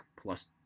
plus